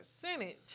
percentage